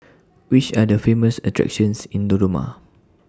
Which Are The Famous attractions in Dodoma